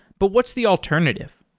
but what's the alternative?